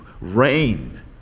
reign